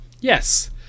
yes